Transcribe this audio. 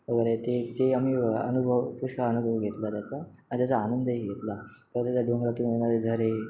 वगैरे ते ते आम्ही अनुभव पुष्कळ अनुभव घेतला त्याचा आणि त्याचा आनंदही घेतला त्याचा डोंगरातून येणारे झरे